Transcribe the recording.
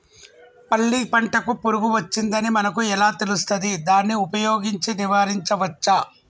పల్లి పంటకు పురుగు వచ్చిందని మనకు ఎలా తెలుస్తది దాన్ని ఉపయోగించి నివారించవచ్చా?